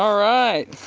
um right,